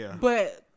but-